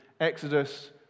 Exodus